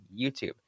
YouTube